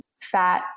fat